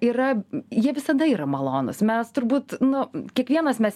yra jie visada yra malonūs mes turbūt nu kiekvienas mes